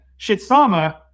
Shitsama